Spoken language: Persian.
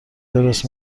درست